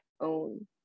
own